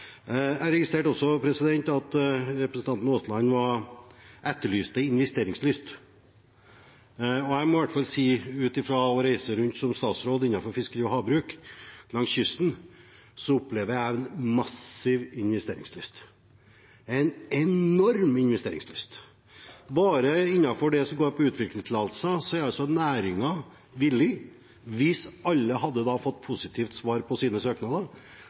Jeg registrerte også at representanten Aasland etterlyste investeringslyst. Jeg må i hvert fall si at når jeg reiser rundt langs kysten som statsråd innenfor fiskeri og havbruk, så opplever jeg massiv investeringslyst – en enorm investeringslyst. Bare innenfor det som går på utviklingstillatelser, er det slik at hvis alle hadde fått positivt svar på sine søknader,